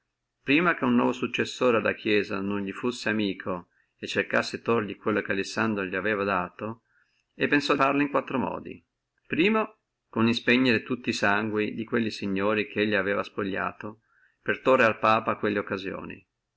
prima che uno nuovo successore alla chiesia non li fussi amico e cercassi torli quello che alessandro li aveva dato e pensò farlo in quattro modi prima di spegnere tutti e sangui di quelli signori che lui aveva spogliati per tòrre al papa quella occasione